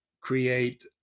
create